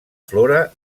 flora